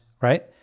right